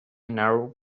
narrow